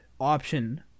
option